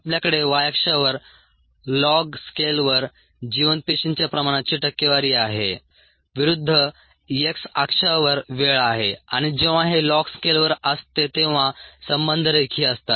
आपल्याकडे y अक्षावर log स्केलवर जिवंत पेशींच्या प्रमाणाची टक्केवारी आहे विरुद्ध x अक्षावर वेळ आहे आणि जेव्हा हे लॉग स्केलवर असते तेव्हा संबंध रेखीय असतात